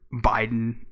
Biden